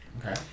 Okay